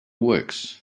works